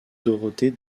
dorothée